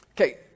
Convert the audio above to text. Okay